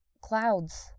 clouds